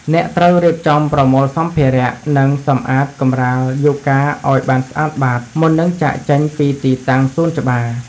អ្នកត្រូវរៀបចំប្រមូលសម្ភារៈ និងសម្អាតកម្រាលយូហ្គាឱ្យបានស្អាតបាត មុននឹងចាកចេញពីទីតាំងសួនច្បារ។